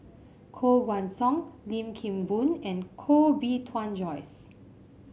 Koh Guan Song Lim Kim Boon and Koh Bee Tuan Joyce